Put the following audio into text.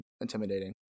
intimidating